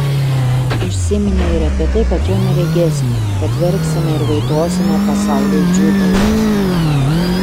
užsiminė ir apie tai kad jo neregėsime kad verksime ir vaitosime pasauliui džiūgaujant